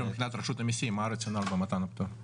מבחינת רשות המסים, מה הרציונל במתן הפטור?